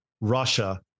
Russia